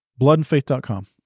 bloodandfaith.com